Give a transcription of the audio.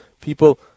people